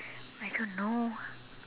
I don't know